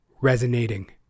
resonating